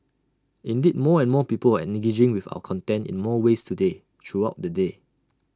indeed more and more people are engaging with our content in more ways today throughout the day